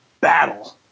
battle